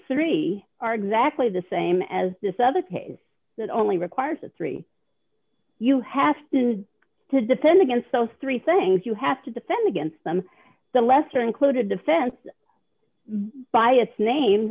three are exactly the same as this other case that only requires a three you have to defend against those three things you have to defend against them the lesser included offense by its name